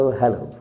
hello